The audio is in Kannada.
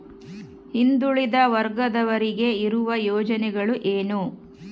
ಹಿಂದುಳಿದ ವರ್ಗದವರಿಗೆ ಇರುವ ಯೋಜನೆಗಳು ಏನು?